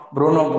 Bruno